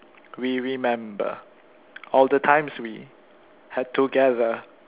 we remember all the times we had together